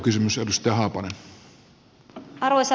jatkokysymys edustaja haapanen